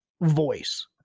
voice